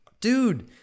dude